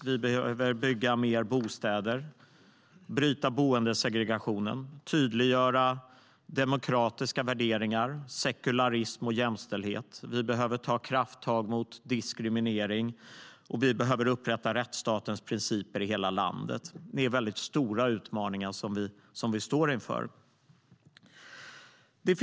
Vi behöver bygga mer bostäder, bryta boendesegregationen och tydliggöra demokratiska värderingar, sekularism och jämställdhet. Vi behöver ta krafttag mot diskriminering, och vi behöver upprätta rättsstatens principer i hela landet. Det är stora utmaningar som vi står inför.